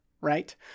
right